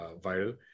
viral